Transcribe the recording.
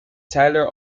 tyler